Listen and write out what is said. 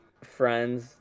friends